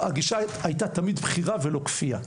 של בחירה ולא כפייה.